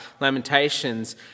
Lamentations